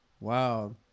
Wow